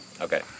Okay